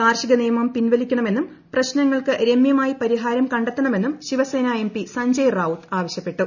കാർഷികനിയമം പിൻവലിക്കണമെന്നും പ്രശ്നങ്ങൾക്ക് രമ്യമായി പരിഹാരം കണ്ടെത്തണമെന്നും ശിവസേന എംപി സഞ്ജയ് റാവുത് ആവശ്യപ്പെട്ടു